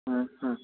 হুম হুম